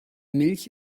milch